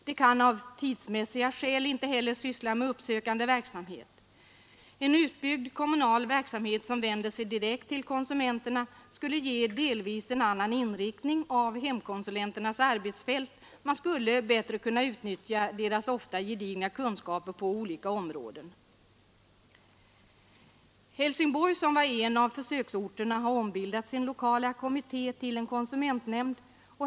De kan av tidsskäl inte syssla med uppsökande verksamhet. En utbyggd kommunal verksamhet som vänder sig direkt till konsumenterna skulle ge delvis en annan inriktning av hemkonsulenternas arbete. Man skulle bättre kunna utnyttja deras ofta gedigna kunskaper på olika områden. Helsingborg som var en av försöksorterna har ombildat sin lokala kommitté till konsumentnämnd.